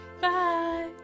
Bye